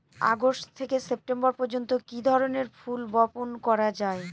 August থেকে September পর্যন্ত কি ধরনের ফুল বপন করা যায়?